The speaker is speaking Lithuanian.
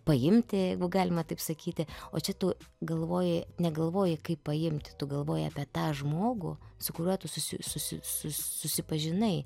paimti jeigu galima taip sakyti o čia tu galvoji ne galvoji kaip paimti tu galvoji apie tą žmogų su kuriuo tu susi susi su si susipažinai